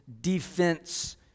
defense